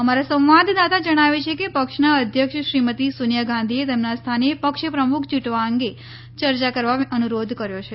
અમારા સંવાદદાતા જણાવે છે કે પક્ષના અધ્યક્ષ શ્રીમતી સોનિયા ગાંધીએ તેમના સ્થાને પક્ષ પ્રમુખ ચૂંટવા અંગે ચર્ચા કરવા અનુરોધ કર્ય છે